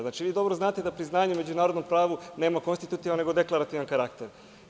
Znači, vi dobro znate da priznanje u međunarodnom pravu nema konstitutivan nego deklarativan karakter.